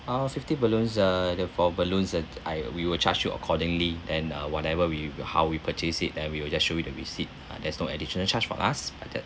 uh fifty balloons uh the for balloons and I we will charge you accordingly then uh whatever we how we purchase it and we will just show you the receipt uh there's no additional charge for us but that